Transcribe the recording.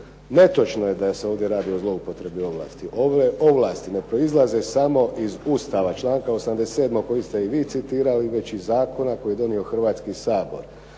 Netočno je da se ovdje radi o zloupotrebi ovlasti. Ove ovlasti ne proizlaze samo iz Ustava, članka 87. koji ste i vi citirali, već i zakona koji je donio Hrvatski sabor.